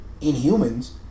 Inhumans